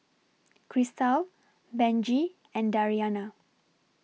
Christal Benji and Dariana